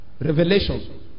Revelation